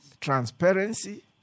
transparency